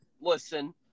listen